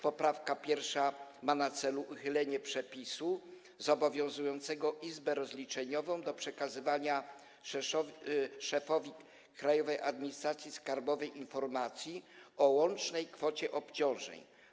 Poprawka 1. ma na celu uchylenie przepisu zobowiązującego izbę rozliczeniową do przekazywania szefowi Krajowej Administracji Skarbowej informacji o łącznej kwocie obciążeń.